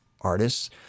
artists